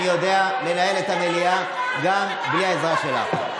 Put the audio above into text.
אני יודע לנהל את המליאה גם בלי העזרה שלך.